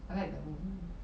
I like that movie